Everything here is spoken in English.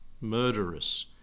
murderous